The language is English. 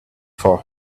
for